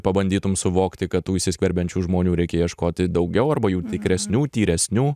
pabandytum suvokti kad tų įsiskverbiančių žmonių reikia ieškoti daugiau arba jų tikresnių tyresnių